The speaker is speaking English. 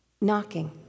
knocking